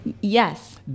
Yes